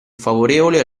favorevole